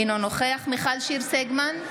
אינו נוכח מיכל שיר סגמן,